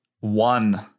one